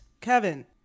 Kevin